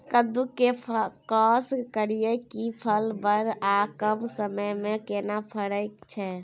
कद्दू के क्रॉस करिये के फल बर आर कम समय में केना फरय छै?